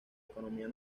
economía